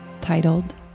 titled